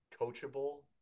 coachable